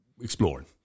exploring